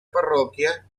parroquia